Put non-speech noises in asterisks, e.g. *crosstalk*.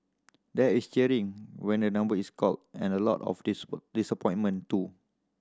there is cheering when a number is called and a lot of *unintelligible* disappointment too